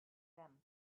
them